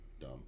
dumb